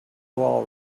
all